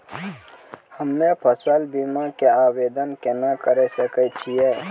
हम्मे फसल बीमा के आवदेन केना करे सकय छियै?